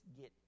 get